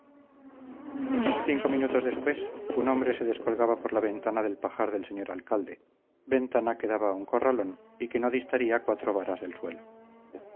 cinco minutos después un hombre se descolgaba por la ventana del pajar del señor alcalde ventana que daba a un corralón y que no distaría cuatro varas del suelo